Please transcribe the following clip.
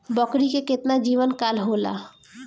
बकरी के केतना जीवन काल होला?